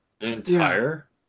Entire